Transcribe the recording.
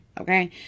Okay